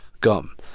gum